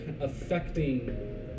affecting